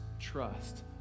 trust